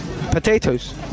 potatoes